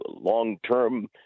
long-term